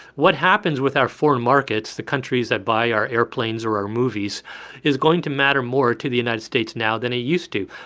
what happens with our foreign markets the countries that buy our airplanes or our movies is going to matter more to the united states now than it used to.